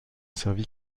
servi